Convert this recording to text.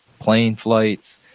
plane flights,